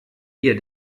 ihr